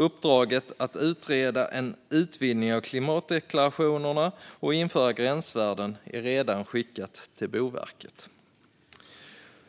Uppdraget att utreda en utvidgning av klimatdeklarationerna och införa gränsvärden är redan skickat till Boverket.